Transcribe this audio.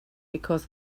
because